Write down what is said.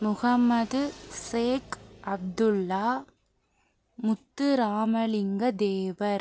Muhammad Sheikh Abdullah Muthuramalinga Thevar